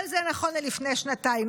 כל זה נכון ללפני שנתיים.